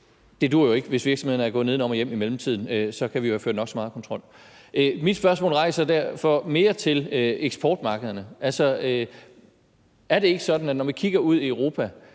det duer jo ikke, hvis virksomhederne er gået nedenom og hjem i mellemtiden – så kan vi jo have ført nok så meget kontrol. Mit spørgsmål retter sig derfor mere mod eksportmarkederne. Er det ikke sådan, at når vi kigger ud i Europa,